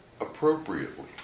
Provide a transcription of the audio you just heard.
appropriately